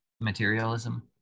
materialism